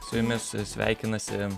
su jumis sveikinasi